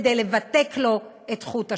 כדי לבתק לו את חוט השדרה.